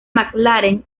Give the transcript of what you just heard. mclaren